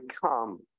come